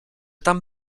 tam